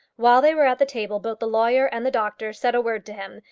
while they were at the table both the lawyer and the doctor said a word to him,